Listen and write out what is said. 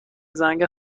زنگ